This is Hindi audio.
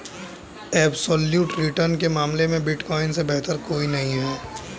एब्सोल्यूट रिटर्न के मामले में बिटकॉइन से बेहतर कोई नहीं है